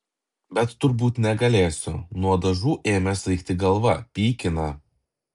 bet turbūt negalėsiu nuo dažų ėmė svaigti galva pykina